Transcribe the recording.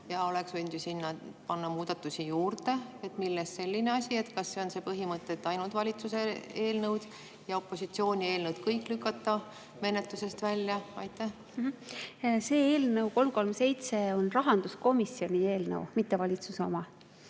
oleks võinud ju sinna panna muudatusi juurde. Millest selline asi? Kas see on see põhimõte, et ainult valitsuse eelnõud [sobivad], aga opositsiooni eelnõud kõik lükata menetlusest välja? Eelnõu 337 on rahanduskomisjoni eelnõu, mitte valitsuse oma.